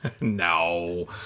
No